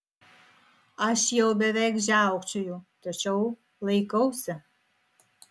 aš jau beveik žiaukčioju tačiau laikausi